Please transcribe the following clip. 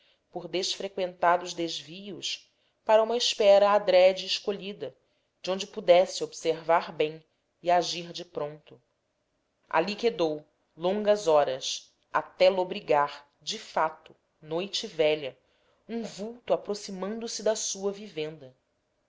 por desfreqüentados desvios para uma espera adrede escolhida de onde pudesse observar bem e agir de pronto ali quedou longas horas até lobrigar de fato noite velha um vulto aproximando-se de sua vivenda